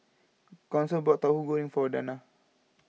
Council bought Tauhu Goreng for Danna